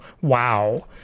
Wow